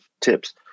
tips